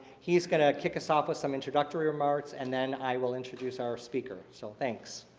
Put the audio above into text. he's going to kick us off with some introductory remarks, and then i will introduce our speaker. so thanks.